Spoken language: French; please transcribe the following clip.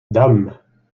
dame